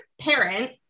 parent